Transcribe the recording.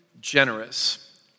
generous